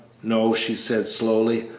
no, she said, slowly,